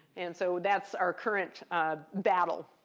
and so that's our current battle.